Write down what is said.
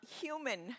human